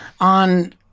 on